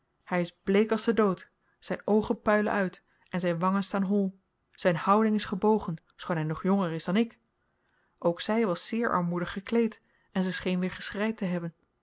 hy is bleek als de dood zyn oogen puilen uit en zyn wangen staan hol zyn houding is gebogen schoon hy nog jonger is dan ik ook zy was zeer armoedig gekleed en ze scheen weer geschreid te hebben